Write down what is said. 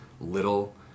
little